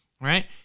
right